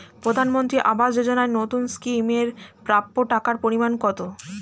প্রধানমন্ত্রী আবাস যোজনায় নতুন স্কিম এর প্রাপ্য টাকার পরিমান কত?